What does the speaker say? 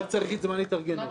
אבל צריך זמן התארגנות.